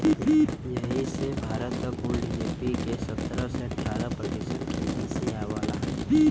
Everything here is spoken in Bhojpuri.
यही से भारत क कुल जी.डी.पी के सत्रह से अठारह प्रतिशत खेतिए से आवला